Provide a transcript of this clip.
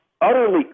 utterly